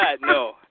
No